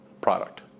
product